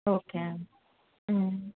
okay అండి